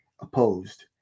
opposed